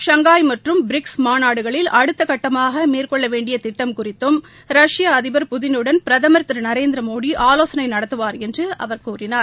Shanghai மற்றும் BRICS மாநாடுகளில் அடுத்த கட்டமாக மேற்கொள்ளவேண்டிய திட்டம் குறித்தும் ரஷ்ய அதிபர் புதினுடன் பிரதமர் திரு நரேந்திரமோடி ஆலோசனை நட்ததுவார் என்று அவர கூறினார்